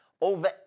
Over